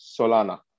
Solana